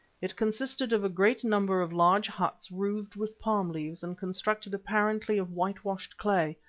it consisted of a great number of large huts roofed with palm leaves and constructed apparently of whitewashed clay,